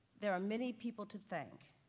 there are many people to thank,